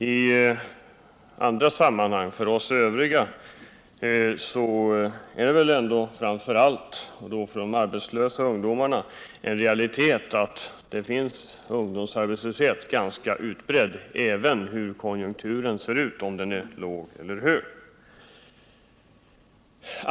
För oss andra framstår det ändå — och det gäller framför allt de arbetslösa ungdomarna — som en realitet att ungdomsarbetslösheten är ganska utbredd oberoende av om det är högeller lågkonjunktur.